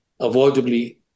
avoidably